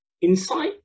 insight